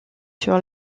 sur